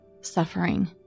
suffering